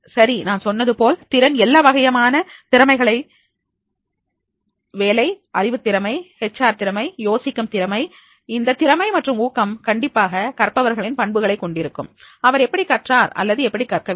சரி நான் சொன்னது போல் திறன் எல்லா வகையான திறமைகள் வேலை அறிவுத் திறமை ஹெச் ஆர் திறமை யோசிக்கும் திறமை இந்த திறமை மற்றும் ஊக்கம் கண்டிப்பாக கற்பவர்களின் பண்புகளை கொண்டிருக்கும் அவர் எப்படி கற்றார் அல்லது எப்படி கற்கவில்லை